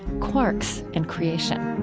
quarks and creation.